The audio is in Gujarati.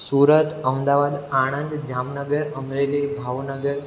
સુરત અમદાવાદ આણંદ જામનગર અમરેલી ભાવનગર